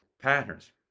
patterns